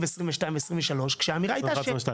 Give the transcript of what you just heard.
בתקציב 21-22,